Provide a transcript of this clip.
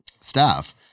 staff